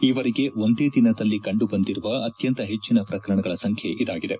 ಈವರೆಗೆ ಒಂದೇ ದಿನದಲ್ಲಿ ಕಂಡುಬಂದಿರುವ ಅತ್ಯಂತ ಹೆಚ್ಚಿನ ಪ್ರಕರಣಗಳ ಸಂಖ್ಯೆ ಇದಾಗಿದೆ